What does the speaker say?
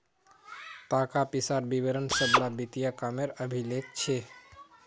ताका पिसार विवरण सब ला वित्तिय कामेर अभिलेख छे